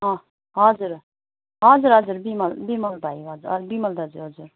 हजुर हजुर हजुर बिमल बिमल भाइ हजुर हजुर बिमल दाजु हजुर